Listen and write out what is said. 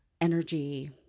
energy